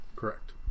Correct